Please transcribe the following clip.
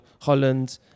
Holland